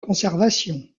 conservation